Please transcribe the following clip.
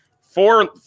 four